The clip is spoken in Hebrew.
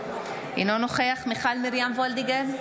אינו נוכח מיכל מרים וולדיגר,